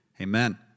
Amen